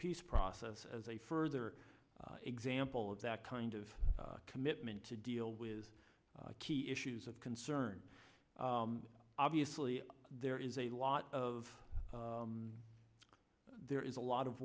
peace process as a further example of that kind of commitment to deal with key issues of concern obviously there is a lot of there is a lot of